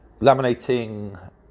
Laminating